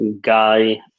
guy